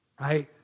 right